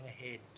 ahead